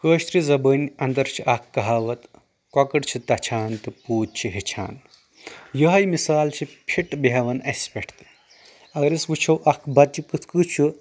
کٲشرِ زبٲنۍ انٛدر چھِ اکھ کہاوت کۄکٕر چھِ تچھان تہٕ پوٗتۍ چھِ ہیٚچھان یہٕے مثال چھِ فِٹ بیہوان اسہِ پٮ۪ٹھ تہِ اگر أسۍ وٕچھو اکھ بچہِ کٕتھ کٔنۍ چھُ